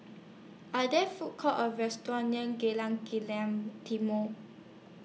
Are There Food Courts Or restaurants near Jalan Kilang Timor